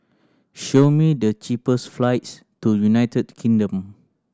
show me the cheapest flights to United Kingdom